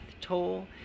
toll